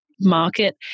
market